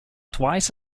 twice